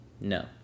No